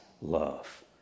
love